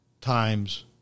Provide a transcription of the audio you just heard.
times